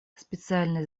специальное